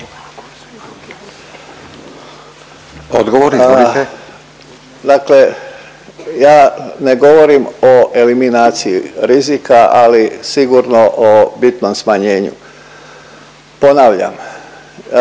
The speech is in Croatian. Davor (HDZ)** Dakle, ja ne govorim o eliminaciji rizika, ali sigurno o bitnom smanjenju. Ponavljam,